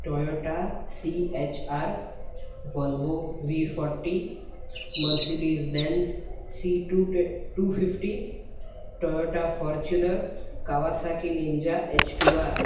Toyota C H R Volvo V forty Mercedes Benz C two fifty Toyota Fortuner Kawasaki Ninja H2R